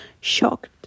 shocked